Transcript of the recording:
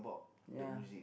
ya